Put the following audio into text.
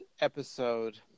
episode